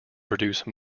produce